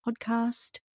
podcast